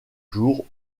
jours